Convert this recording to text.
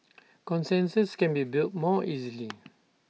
consensus can be built more easily